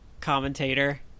commentator